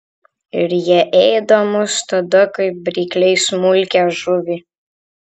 ir jie ėda mus tada kaip rykliai smulkią žuvį